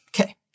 Okay